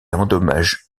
endommage